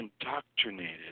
indoctrinated